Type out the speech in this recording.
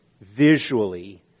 visually